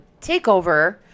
takeover